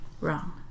Wrong